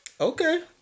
Okay